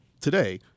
today